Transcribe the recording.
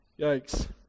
Yikes